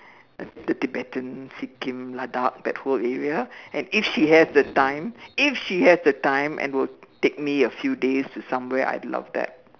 the Tibetan Sikkim Ladakh that whole area and if she has the time if she has the time and would take me a few days to somewhere I'd love that